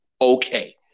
okay